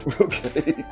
Okay